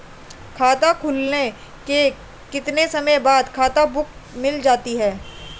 खाता खुलने के कितने समय बाद खाता बुक मिल जाती है?